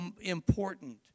important